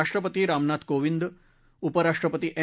राष्ट्रपती रामनाथ कोविंद उपराष्ट्रपती एम